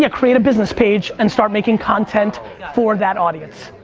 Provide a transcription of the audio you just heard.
yeah create a business page and start making content for that audience,